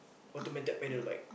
automated pedal bike